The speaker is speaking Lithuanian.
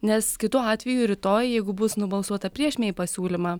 nes kitu atveju rytoj jeigu bus nubalsuota prieš mei pasiūlymą